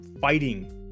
fighting